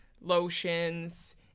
lotions